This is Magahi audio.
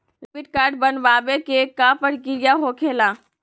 डेबिट कार्ड बनवाने के का प्रक्रिया होखेला?